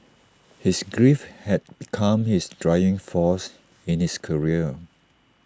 his grief had become his driving force in his career